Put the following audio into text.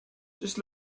just